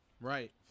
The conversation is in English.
Right